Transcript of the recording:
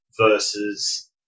versus